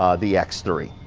um the x three.